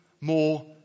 More